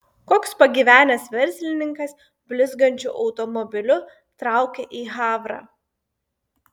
koks pagyvenęs verslininkas blizgančiu automobiliu traukia į havrą